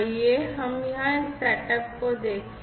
आइए हम यहां इस सेटअप को देखें